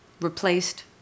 replaced